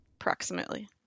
Approximately